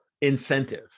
incentive